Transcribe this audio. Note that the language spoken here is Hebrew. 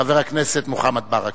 חבר הכנסת מוחמד ברכה.